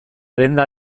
denda